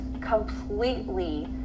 completely